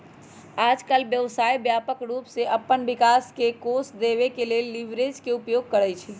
याजकाल व्यवसाय व्यापक रूप से अप्पन विकास के कोष देबे के लेल लिवरेज के उपयोग करइ छइ